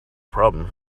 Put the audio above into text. problem